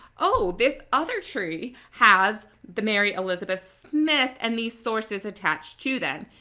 oh! this other tree has the mary elizabeth smith and these sources attached to them.